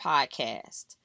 Podcast